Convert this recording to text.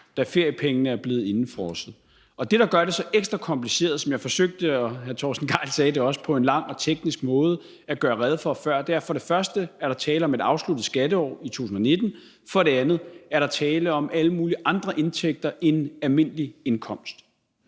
feriepengene er blevet indefrosset. Og det, som gør det ekstra kompliceret, som jeg forsøgte at gøre rede for før på en lang og teknisk måde, som hr. Torsten Gejl også sagde, er, at der for det første er tale om et afsluttet skatteår i 2019, og at der for det andet er tale om alle mulige andre indtægter end almindelig indkomst.